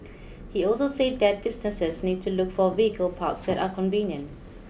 he also said that businesses need to look for vehicle parks that are convenient